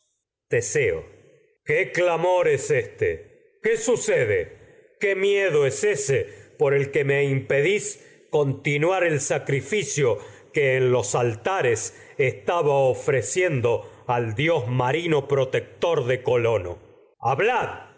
teseo qué por clamor es éste qué sucede qué sacri miedo es ese el que me impedís continuar el ficio que en los altares estaba ofreciendo al dios marino protector de colono hablad